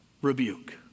rebuke